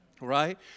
Right